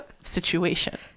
situation